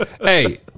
Hey